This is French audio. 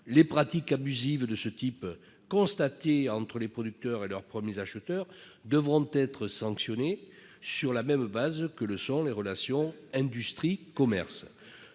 Les pratiques abusives de ce type, constatées entre les producteurs et leurs premiers acheteurs, devront être sanctionnées sur la même base que le sont les relations industrie-commerce.